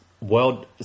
World